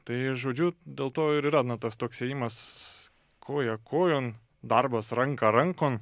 tai žodžiu dėl to ir yra na tas toks ėjimas koja kojon darbas ranka rankon